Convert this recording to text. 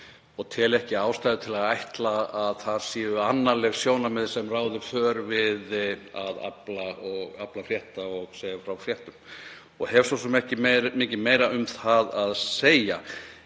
og tel ekki ástæðu til að ætla að annarleg sjónarmið ráði för við að afla frétta og segja fréttir og hef svo sem ekki mikið meira um það að segja.